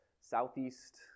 southeast